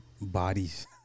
bodies